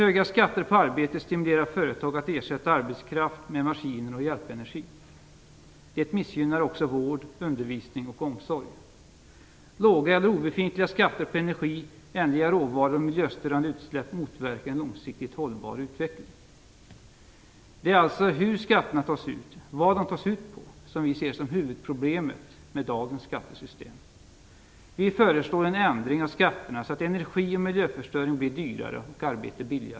Höga skatter på arbete stimulerar företag att ersätta arbetskraft med maskiner och att konsumera energi. Det missgynnar också vård, undervisning och omsorg. Låga eller obefintliga skatter på energi, ändliga råvaror och miljöstörande utsläpp motverkar en långsiktigt hållbar utveckling. Det är alltså vad skatterna tas ut på som vi ser som huvudproblemet i dagens skattesystem.